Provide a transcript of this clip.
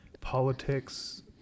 politics